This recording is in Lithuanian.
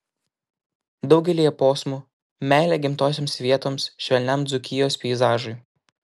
daugelyje posmų meilė gimtosioms vietoms švelniam dzūkijos peizažui